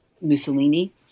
Mussolini